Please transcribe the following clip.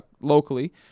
locally